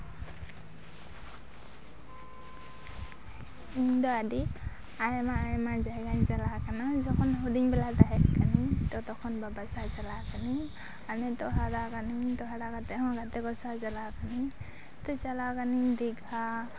ᱤᱧᱫᱚ ᱟᱹᱰᱤ ᱟᱭᱢᱟ ᱟᱭᱢᱟ ᱡᱟᱭᱜᱟᱧ ᱪᱟᱞᱟᱣ ᱠᱟᱱᱟ ᱡᱚᱠᱷᱚᱱ ᱦᱩᱰᱤᱧ ᱵᱮᱞᱟ ᱛᱟᱦᱮᱸᱠᱟᱱᱟᱧ ᱛᱚ ᱛᱚᱠᱷᱚᱱ ᱵᱟᱵᱟ ᱥᱟᱶ ᱪᱟᱞᱟᱣ ᱠᱟᱱᱤᱧ ᱟᱨ ᱱᱤᱛᱳᱜ ᱦᱟᱨᱟ ᱠᱟᱱᱤᱧ ᱦᱟᱨᱟ ᱠᱟᱛᱮ ᱦᱚᱸ ᱜᱟᱛᱮ ᱠᱚ ᱥᱟᱶ ᱪᱟᱞᱟᱣ ᱠᱟᱱᱤᱧ ᱱᱟᱛᱮ ᱪᱟᱞᱟᱣ ᱠᱟᱱᱤᱧ ᱫᱤᱜᱷᱟ